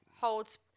holds